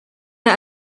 der